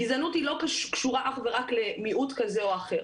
גזענות היא לא קשורה אך ורק למיעוט כזה או אחר.